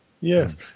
yes